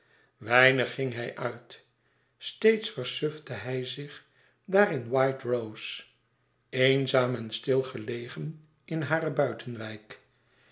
weinig ging hij uit steeds versufte hij zich daar in white rose eenzaam en stil gelegen in hare buitenwijk